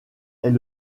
est